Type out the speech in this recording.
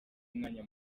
umwanya